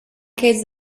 cases